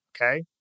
Okay